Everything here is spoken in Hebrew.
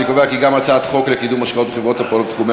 הצעת חוק לקידום השקעות בחברות הפועלות בתחומי